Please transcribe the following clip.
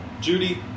Judy